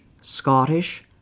Scottish